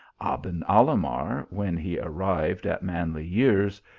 aben alah mar, when he arrived at manly years,